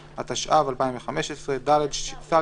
מכוח אחד מאלה: (א)פוליסת ביטוח לתרופות